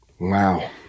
wow